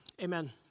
amen